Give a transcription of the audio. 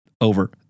over